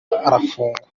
arafungwa